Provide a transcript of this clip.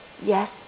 Yes